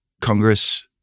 Congress